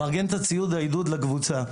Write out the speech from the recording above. הוא מארגן את ציוד העידוד לקבוצה.